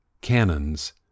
cannons